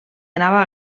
anava